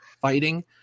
fighting